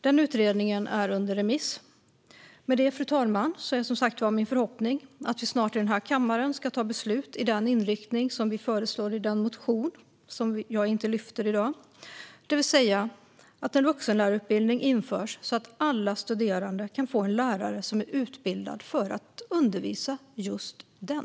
Denna utredning är under remiss. Med det, fru talman, är min förhoppning som sagt att vi snart i denna kammare ska ta beslut med den inriktning som vi föreslagit i vår motion, som jag inte lyfter i dag, det vill säga att en vuxenlärarutbildning införs så att alla studerande kan få en lärare som är utbildad för att undervisa just dem.